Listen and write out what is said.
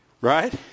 right